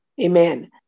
Amen